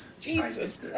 Jesus